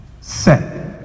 set